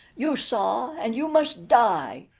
you saw, and you must die!